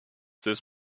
this